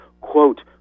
quote